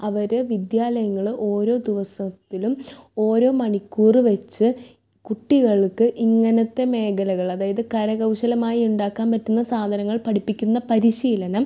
അവര് വിദ്യാലയങ്ങള് ഓരോ ദിവസത്തിലും ഓരോ മണിക്കൂറും വെച്ച് കുട്ടികൾക്ക് ഇങ്ങനത്തെ മേഖലകള് അതായത് കരകൗശാലമായി ഉണ്ടാക്കാൻ പറ്റുന്ന സാധങ്ങൾ പഠിപ്പിക്കുന്ന പരിശീലനം